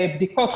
בדיקות,